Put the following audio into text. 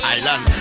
Island